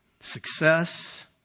success